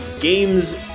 games